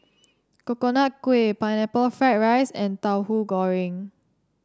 Coconut Kuih Pineapple Fried Rice and Tauhu Goreng